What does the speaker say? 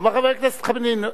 אמר חבר הכנסת חנין,